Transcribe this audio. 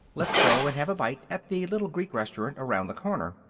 let's go and have a bite at the little greek restaurant around the corner.